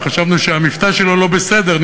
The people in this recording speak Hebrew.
וחשבנו שהמבטא שלו לא בסדר,